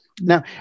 Now